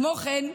כמו כן,